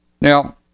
Now